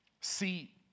See